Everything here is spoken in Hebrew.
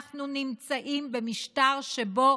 אנחנו נמצאים במשטר שבו